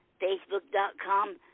facebook.com